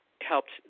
helped